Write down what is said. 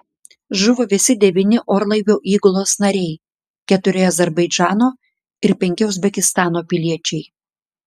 žuvo visi devyni orlaivio įgulos nariai keturi azerbaidžano ir penki uzbekistano piliečiai